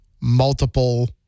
multiple